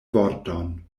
vorton